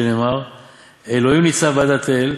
שנאמר 'אלהים נצב בעדת אל'.